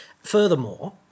Furthermore